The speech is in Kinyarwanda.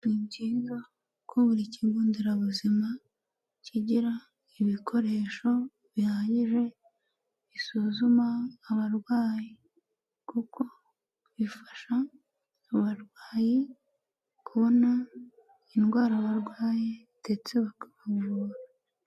Ni ngombwa ko buri kigo nderabuzima kigira ibikoresho bihagije bisuzuma abarwayi kuko bifasha abarwayi kubona indwara barwaye ndetse bakavura.